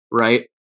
right